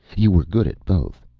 you were good at both.